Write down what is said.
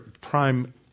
prime